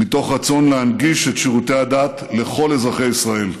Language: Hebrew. מתוך רצון להנגיש את שירותי הדת לכל אזרחי ישראל.